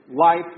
Life